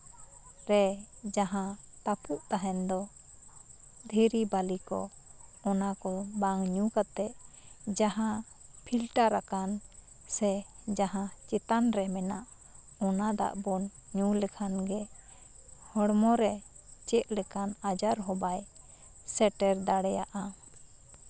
ᱨᱮ ᱡᱟᱦᱟᱸ ᱛᱟᱹᱯᱩᱜ ᱛᱟᱦᱮᱱ ᱫᱚ ᱫᱷᱤᱨᱤ ᱵᱟᱞᱤ ᱠᱚ ᱚᱱᱟᱠᱚ ᱵᱟᱝ ᱧᱩ ᱠᱟᱛᱮᱜ ᱡᱟᱦᱟᱸ ᱯᱷᱤᱞᱴᱟᱨ ᱟᱠᱟᱱ ᱥᱮ ᱡᱟᱦᱟᱸ ᱪᱮᱛᱟᱱᱨᱮ ᱢᱮᱱᱟᱜ ᱚᱱᱟ ᱫᱟᱜ ᱵᱚᱱ ᱧᱩ ᱞᱮᱠᱷᱟᱱᱜᱮ ᱦᱚᱲᱢᱚᱨᱮ ᱪᱮᱫ ᱞᱮᱠᱟᱱ ᱟᱡᱟᱨ ᱦᱚᱸ ᱵᱟᱭ ᱥᱮᱴᱮᱨ ᱫᱟᱲᱮᱭᱟᱜᱼᱟ